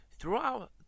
Throughout